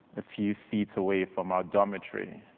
a few feet away from our dormitory.